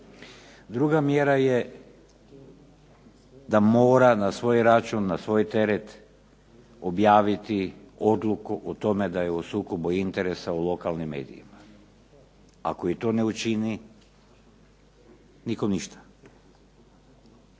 Druga mjera je da mora na svoj račun, na svoj teret objaviti odluku o tome da je u sukobu interesa u lokalnim medijima. Ako i to ne učini nikom ništa.